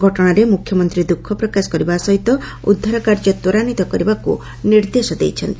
ଘଟଶାରେ ମୁଖ୍ୟମପନ୍ତୀ ଦୁଖ ପ୍ରକାଶ କରିବା ସହିତ ଉଦ୍ଧାର କାର୍ଯ୍ୟ ତ୍ୱରାନ୍ୱିତ କରିବାକୁ ନିର୍ଦ୍ଦେଶ ଦେଇଛନ୍ତି